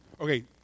Okay